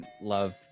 love